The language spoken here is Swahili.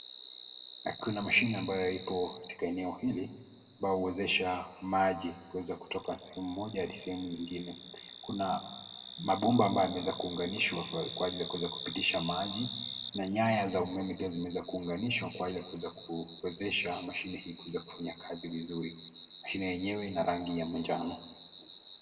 Kuna mashine ambayo ipo katika eneo hili ambayo huwezesha maji kuweza kutoka sehemu moja hadi sehemu nyingine. Kuna mabomba ambayo yameweza kuunganishwa kuweza kupitisha maji na nyaya za umeme pia zimeweza kuunganishwa ili kuwezesha mashine yenyewe kufanya kazi vizuri. Mashine yenyewe ni ya rangi ya manjano.